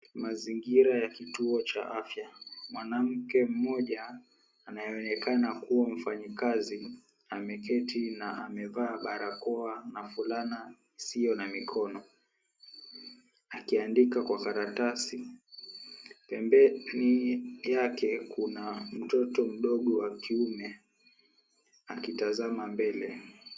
Mazingira ya kituo cha afya. Mwanamke mmoja anayeonekana kuwa mfanyakazi ameketi na amevaa barakoa na fulana isiyo na mikono akiandika kwa karatasi. Pembeni yake kuna mtoto mdogo wa kiume akitazama mbele.